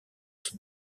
qui